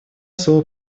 слово